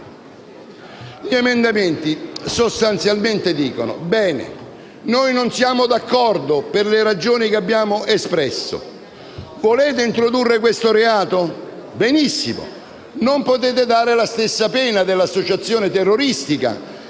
gli emendamenti sostanzialmente dicono che noi non siamo d'accordo per le ragioni che abbiamo espresso. Volete introdurre questo reato? Benissimo, ma non potete prevedere la stessa pena dell'associazione terroristica,